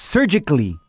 Surgically